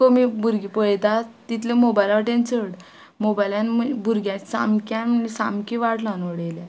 कमी भुरगीं पळयतात तितले मोबायला वाटेन चड मोबायलान भुरग्या सामक्या सामकी वाट लावन उडयल्या